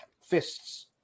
fists